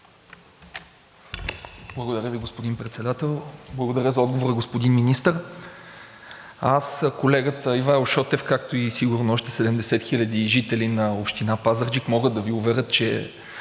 Благодаря Ви, господин Председател. Благодаря за отговора, господин Министър. Аз, колегата Ивайло Шотев, както и сигурно още 70 хиляди жители на община Пазарджик могат да Ви уверят, че